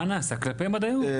מה נעשה כלפיהם עד היום?